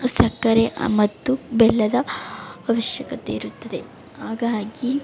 ಸಕ್ಕರೆ ಮತ್ತು ಬೆಲ್ಲದ ಅವಶ್ಯಕತೆ ಇರುತ್ತದೆ ಹಾಗಾಗಿ